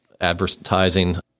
advertising